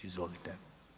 Izvolite.